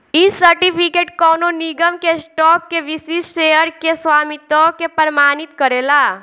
इ सर्टिफिकेट कवनो निगम के स्टॉक के विशिष्ट शेयर के स्वामित्व के प्रमाणित करेला